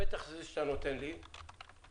הפתח שאתה נותן כאן הוא